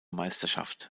meisterschaft